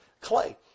clay